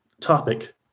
topic